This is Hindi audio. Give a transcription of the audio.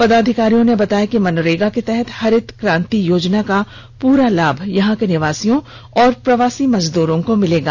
पदाधिकारियों ने बताया कि मनरेगा के तहत हरित क्रांति योजना का पूरा लाभ यहां के निवासियों और प्रवासी मजदूरों को मिलेगा